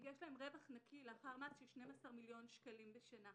יש להם רווח נקי לאחר מס של 12 מיליון שקלים בשנה.